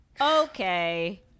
okay